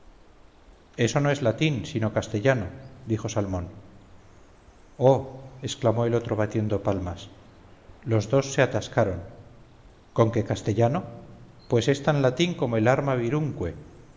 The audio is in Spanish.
eso no es latín sino castellano dijo salmón oh exclamó el otro batiendo palmas los dos se atascaron conque castellano pues es tan latín como el arma